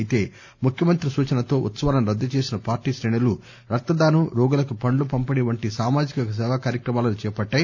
అయితే ముఖ్యమంత్రి సూచనతో ఉత్సవాలను రద్దుచేసిన పార్టీ క్రేణులు రక్తదానం రోగులకు పండ్లు పంపిణీ వంటి సామాజిక సేవాకార్యక్రమాలను చేపట్టాయి